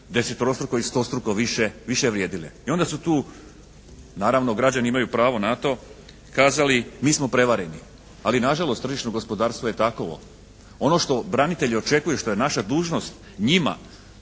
desetorostruko i stostruko više vrijedile. I onda su tu naravno građani imaju pravo na to, kazali mi smo prevareni. Ali nažalost tržišno gospodarstvo je takovo. Ono što branitelji očekuju, što je naša dužnost njima